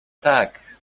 tak